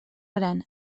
gran